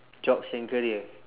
jobs and career